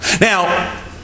Now